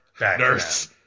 Nurse